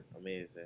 amazing